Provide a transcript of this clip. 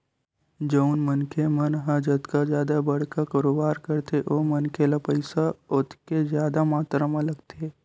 जउन मनखे मन ह जतका जादा बड़का कारोबार करथे ओ मनखे ल पइसा ओतके जादा मातरा म लगथे